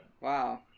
Wow